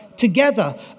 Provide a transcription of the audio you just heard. Together